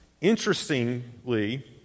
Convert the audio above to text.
Interestingly